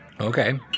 Okay